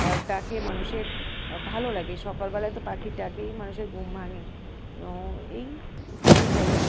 ডাকে মানুষের ভালো লাগে সকালবেলায় তো পাখির ডাকেই মানুষের ঘুম ভাঙে এইটুকুই বলার